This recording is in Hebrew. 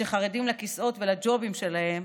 שחרדים לכיסאות ולג'ובים שלהם,